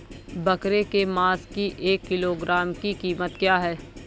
बकरे के मांस की एक किलोग्राम की कीमत क्या है?